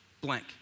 blank